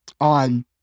on